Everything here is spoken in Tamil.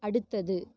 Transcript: அடுத்தது